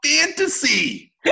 fantasy